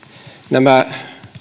nämä